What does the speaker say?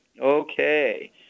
Okay